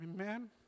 Amen